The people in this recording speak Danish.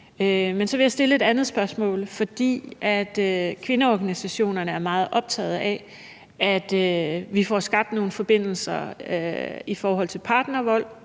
Men så vil jeg stille et andet spørgsmål. Kvindeorganisationerne er meget optaget af, at vi får skabt nogle forbindelser i forhold til partnervold,